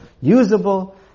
usable